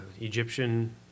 Egyptian